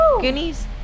Goonies